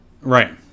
Right